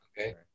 okay